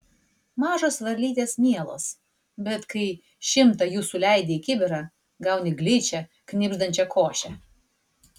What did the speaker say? mažos varlytės mielos bet kai šimtą jų suleidi į kibirą gauni gličią knibždančią košę